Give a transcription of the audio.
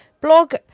Blog